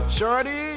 Shorty